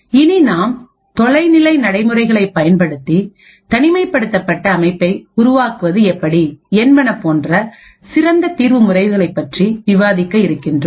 இனி நாம் தொலை நிலை நடைமுறைகளை பயன்படுத்தி தனிமைப்படுத்தப்பட்ட அமைப்பை உருவாக்குவது எப்படி என்பன போன்ற சிறந்த தீர்வு முறைகளைப் பற்றி விவாதிக்க இருக்கின்றோம்